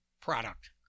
product